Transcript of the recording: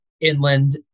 inland